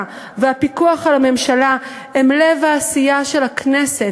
והפיקוח על הממשלה הם לב העשייה של הכנסת,